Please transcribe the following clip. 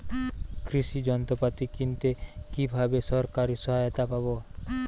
কৃষি যন্ত্রপাতি কিনতে কিভাবে সরকারী সহায়তা পাব?